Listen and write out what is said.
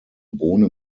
bohne